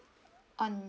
on